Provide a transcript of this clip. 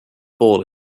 ball